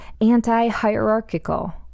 anti-hierarchical